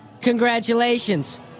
Congratulations